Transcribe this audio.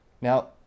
Now